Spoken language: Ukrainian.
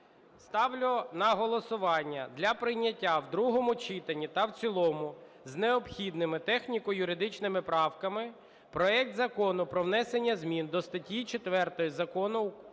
Ставлю на голосування для прийняття в другому читанні та в цілому з необхідними техніко-юридичними правками проект Закону про внесення змін до статті 4 Закону